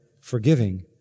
forgiving